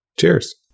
Cheers